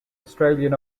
australian